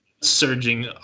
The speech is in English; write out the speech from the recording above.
surging